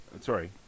sorry